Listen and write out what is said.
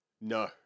No